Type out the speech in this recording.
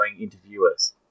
interviewers